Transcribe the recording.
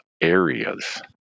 areas